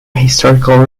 historical